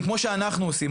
כמו שאנחנו עושים.